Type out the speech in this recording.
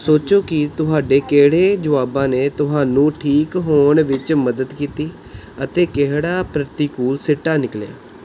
ਸੋਚੋ ਕਿ ਤੁਹਾਡੇ ਕਿਹੜੇ ਜਵਾਬਾਂ ਨੇ ਤੁਹਾਨੂੰ ਠੀਕ ਹੋਣ ਵਿੱਚ ਮਦਦ ਕੀਤੀ ਅਤੇ ਕਿਹੜਾ ਪ੍ਰਤੀਕੂਲ ਸਿੱਟਾ ਨਿਕਲਿਆ